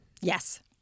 Yes